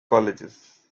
colleges